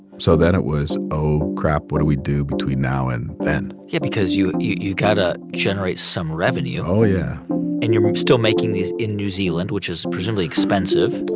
so then it was, oh, crap, what do we do between now and then? yeah, because you you got to generate some revenue oh yeah and you're still making these in new zealand, which is presumably expensive